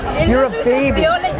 and you're a baby ah